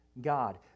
God